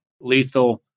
lethal